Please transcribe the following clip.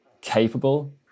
capable